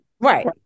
Right